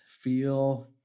feel